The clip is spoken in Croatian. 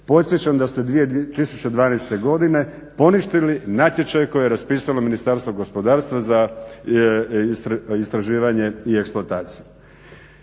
Podsjećam da ste 2012.godine poništili natječaj koje je raspisalo Ministarstvo gospodarstva za istraživanje i eksploataciju.